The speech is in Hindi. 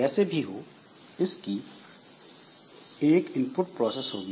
जैसे भी हो यह एक इनपुट प्रोसेस होगी